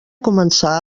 començà